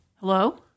Hello